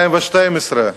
2012,